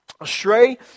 astray